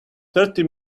thirty